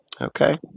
Okay